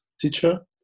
teacher